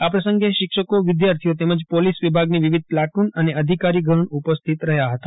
આ પ્રસંગે શિક્ષકો વિદ્યાર્થીઓ તેમજ પોલીસ વિભાગની વિવિધ પ્લાળટુન અને અધિકારીગણ ઉપસ્થિંત રહયો હતો